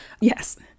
Yes